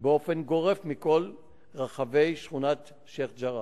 באופן גורף מכל רחבי שכונת שיח'-ג'ראח,